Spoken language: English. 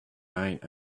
night